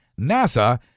NASA